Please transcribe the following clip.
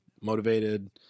motivated